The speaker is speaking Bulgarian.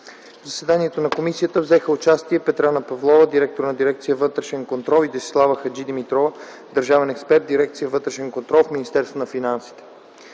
В заседанието на комисията взеха участие Петрана Павлова - директор на дирекция „Вътрешен контрол”, и Десислава Хаджидимитрова - държавен експерт дирекция „Вътрешен контрол” в Министерство на финансите.